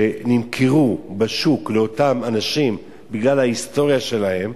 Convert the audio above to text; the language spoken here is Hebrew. שנמכרו בשוק לאותם אנשים בגלל ההיסטוריה שלהם,